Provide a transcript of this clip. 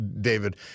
David